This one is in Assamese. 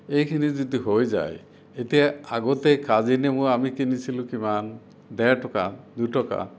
এইখিনি যদি হৈ যায় এতিয়া আগতে কাজী নেমু আমি কিনিছিলোঁ কিমান ডেৰ টকা দুটকা